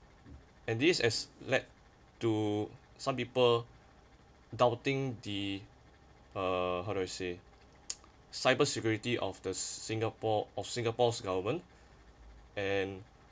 and this has led to some people doubting the uh how do I say cybersecurity of the singapore of singapore's government and